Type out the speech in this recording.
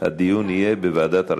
הדיון יהיה בוועדת הרווחה.